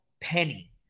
penny